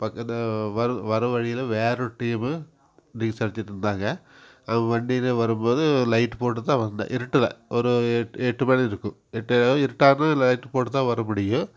பக்கத்து வர்ற வழியில் வேறு ஒரு டீமு ட்ரிங்ஸ் அடிச்சுட்டு இருந்தாங்க அவன் வண்டியில் வரும் போது லைட்டு போட்டுத்தான் வந்தேன் இருட்டில் ஒரு எட் எட்டு மணி இருக்கும் எட்டேகால் இருட்டானால் லைட்டு போட்டுத்தான் வர முடியும்